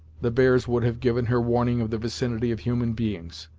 the bears would have given her warning of the vicinity of human beings.